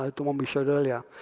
ah the one we showed earlier.